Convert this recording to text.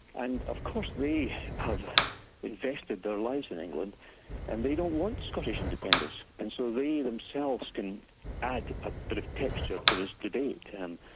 and of course they have invested their lives in england and they don't want scottish independence. and so they themselves can add a bit of texture to this debate. and